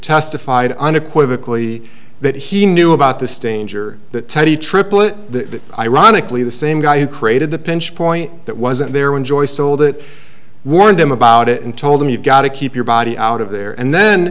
testified unequivocally that he knew about the stain ger that teddy triplett the ironically the same guy who created the pinch point that wasn't there when joyce sold it warned him about it and told him you gotta keep your body out of there and then